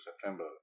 September